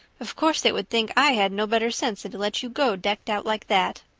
of course they would think i had no better sense than to let you go decked out like that.